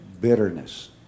bitterness